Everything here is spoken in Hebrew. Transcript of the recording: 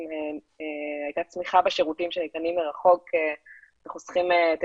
הייתה מניחה בשירותים שניתנים מרחוק וחוסכים את